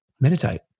meditate